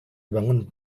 bangun